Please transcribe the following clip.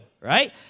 right